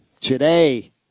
today